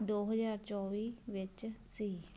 ਦੋ ਹਜ਼ਾਰ ਚੌਵੀ ਵਿੱਚ ਸੀ